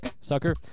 sucker